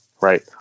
right